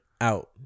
out